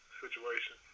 situation